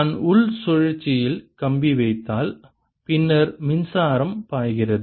நான் உள் சுழற்சியில் கம்பி வைத்தால் பின்னர் மின்சாரம் பாய்கிறது